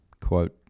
quote